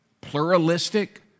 pluralistic